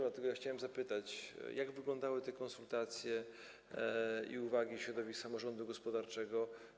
Dlatego chciałem zapytać: Jak wyglądały te konsultacje i uwagi środowisk samorządu gospodarczego?